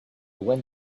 went